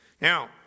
Now